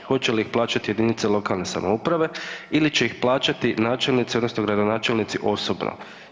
Hoće li ih plaćati jedinice lokalne samouprave ili će ih plaćati načelnici odnosno gradonačelnici osobno?